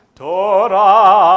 torah